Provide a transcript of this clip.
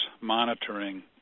monitoring